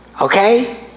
Okay